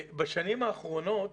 בשנים האחרונות